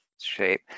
shape